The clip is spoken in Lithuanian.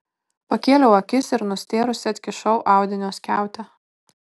pakėliau akis ir nustėrusi atkišau audinio skiautę